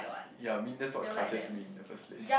ya I mean that's what crushes mean in the first place